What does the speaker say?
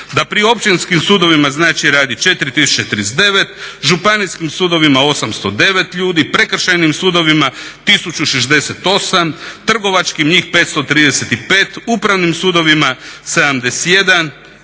Da pri općinskim sudovima znači radi 4039, županijskim sudovima 809 ljudi, prekršajnim sudovima 1068, trgovačkim njih 535, upravnim sudovima 71